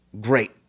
great